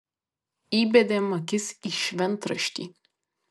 įbedėm akis į šventraštį